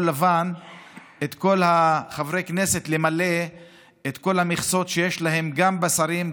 לבן את כל חברי הכנסת למלא את כל המכסות שלהם בשרים,